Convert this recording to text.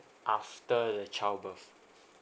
after the child birth